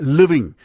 living